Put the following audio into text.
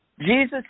Jesus